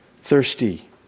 thirsty